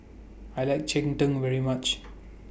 I like Cheng Tng very much